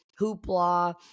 hoopla